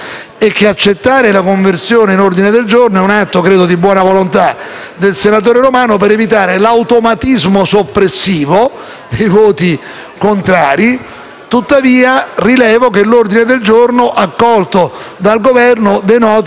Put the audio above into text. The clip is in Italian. del senatore Romano per evitare l'automatismo soppressivo di voti contrari. Tuttavia, rilevo che l'ordine del giorno accolto dal Governo denota che ci si rende conto del fatto che su aspetti che sembrano di dettaglio,